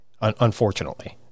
unfortunately